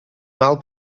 mal